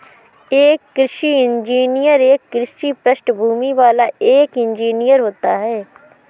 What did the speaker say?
एक कृषि इंजीनियर एक कृषि पृष्ठभूमि वाला एक इंजीनियर होता है